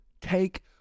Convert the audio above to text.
take